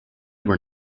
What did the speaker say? were